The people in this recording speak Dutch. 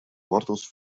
wortels